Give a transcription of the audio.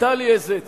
היתה לי איזו ציפייה,